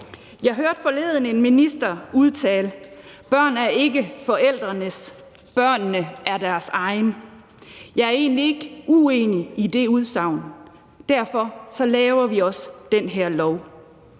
Jeg hørte forleden en minister udtale: Børn er ikke forældrenes, børn er til i deres egen ret. Jeg er egentlig ikke uenig i det udsagn. Derfor laver vi også den her lov.